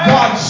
God